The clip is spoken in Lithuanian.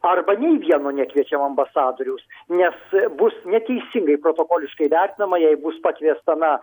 arba nei vieno nekviečiam ambasadoriaus nes bus neteisingai protokoliškai vertinama jei bus pakviesta na